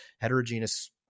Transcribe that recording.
heterogeneous